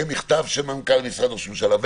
מכתב של מנכ"ל משרד ראש הממשלה,